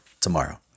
tomorrow